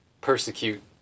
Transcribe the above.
persecute